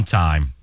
time